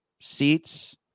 seats